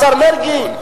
לשר מרגי,